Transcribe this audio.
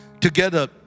together